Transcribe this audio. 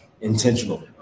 intentional